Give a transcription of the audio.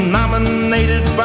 nominated